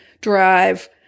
drive